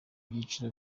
byiciro